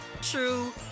true